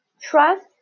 Trust